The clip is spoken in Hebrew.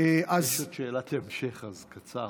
יש עוד שאלת המשך, אז קצר.